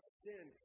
sin